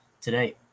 today